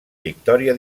victòria